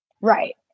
Right